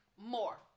more